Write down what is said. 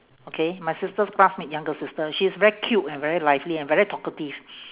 okay my sister's classmate younger sister she's very cute and very lively and very talkative